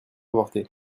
avorté